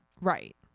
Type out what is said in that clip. Right